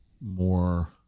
more